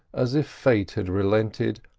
as if fate had relented,